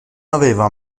aveva